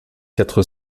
quatre